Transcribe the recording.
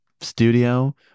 studio